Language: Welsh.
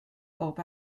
bob